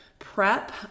prep